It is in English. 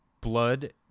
blood